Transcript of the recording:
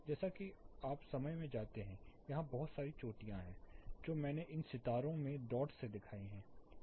जैसा कि आप समय में जाते हैं यहां बहुत सारी चोटियां हैं जो मैंने इन सितारों में डॉट्स में दिखाए हैं